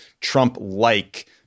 Trump-like